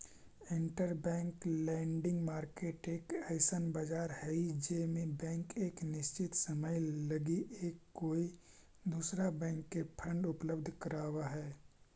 interbank lending market एक अइसन बाजार हई जे में बैंक एक निश्चित समय लगी एक कोई दूसरा बैंक के फंड उपलब्ध कराव हई